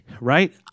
right